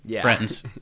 friends